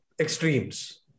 extremes